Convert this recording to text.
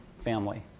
family